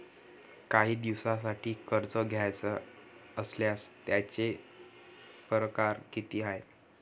कायी दिसांसाठी कर्ज घ्याचं असल्यास त्यायचे परकार किती हाय?